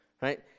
right